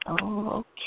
Okay